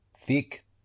Thick